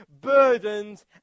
burdened